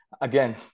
again